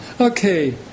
Okay